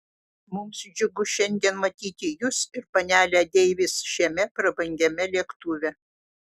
mums džiugu šiandien matyti jus ir panelę deivis šiame prabangiame lėktuve